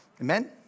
Amen